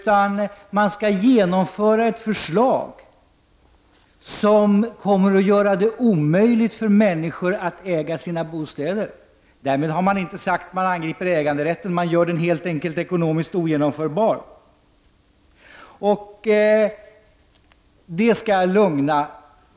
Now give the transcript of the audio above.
Vad det nu handlar om är att genomföra ett förslag som omöjliggör för människor att äga sin egen bostad. Man säger inte att man angriper äganderätten, men man gör den ekonomiskt ogenomförbar.